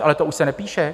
Ale to už se nepíše!